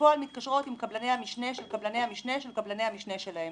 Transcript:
בפועל מתקשרות עם קבלני המשנה של קבלני המשנה של קבלני המשנה שלהם